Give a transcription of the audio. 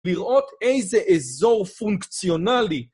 לראות איזה אזור פונקציונלי